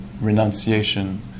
renunciation